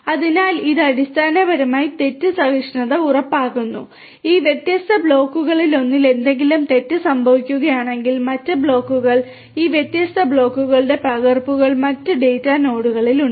അതിനാൽ ഇത് അടിസ്ഥാനപരമായി തെറ്റ് സഹിഷ്ണുത ഉറപ്പാക്കുന്നു ഈ വ്യത്യസ്ത ബ്ലോക്കുകളിലൊന്നിൽ എന്തെങ്കിലും തെറ്റ് സംഭവിക്കുകയാണെങ്കിൽ മറ്റ് ബ്ലോക്കുകൾ ഈ വ്യത്യസ്ത ബ്ലോക്കുകളുടെ പകർപ്പുകൾ മറ്റ് ഡാറ്റാ നോഡുകളിൽ ഉണ്ട്